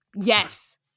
Yes